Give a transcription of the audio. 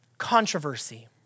controversy